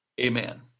Amen